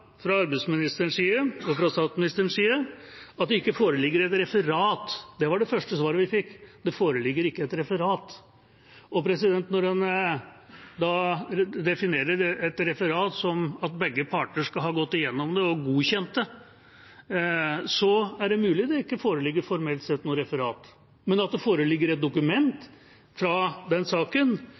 fra arbeidsministerens og statsministerens side gjort et nummer av at det ikke foreligger et referat. Det var det første svaret vi fikk: Det foreligger ikke et referat. Når en definerer et referat som at begge parter skal ha gått igjennom det og godkjent det, er det mulig det formelt sett ikke foreligger noe referat. Men at det foreligger et dokument fra den saken,